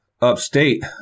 upstate